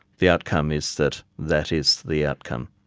the outcome is that that is the outcome,